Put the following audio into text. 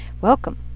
Welcome